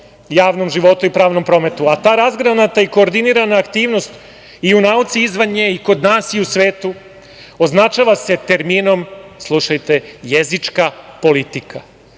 javnom životu i pravnom prometu, a ta razgranata i koordinirana aktivnost i u nauci i izvan nje, i kod nas i u svetu, označava se terminom, slušajte - jezička politika. Odredbama